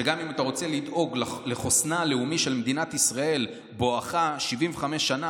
שגם אם אתה רוצה לדאוג לחוסנה הלאומי של מדינת ישראל בואכה 75 שנה,